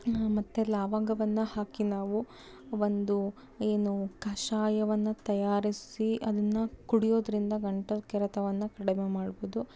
ಮತ್ತು ಲವಂಗವನ್ನ ಹಾಕಿ ನಾವು ಒಂದು ಏನು ಕಷಾಯವನ್ನು ತಯಾರಿಸಿ ಅದನ್ನು ಕುಡಿಯೋದ್ರಿಂದ ಗಂಟಲು ಕೆರೆತವನ್ನು ಕಡಿಮೆ ಮಾಡ್ಬೋದು